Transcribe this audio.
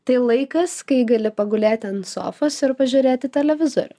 tai laikas kai gali pagulėti ant sofos ir pažiūrėti televizorių